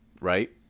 Right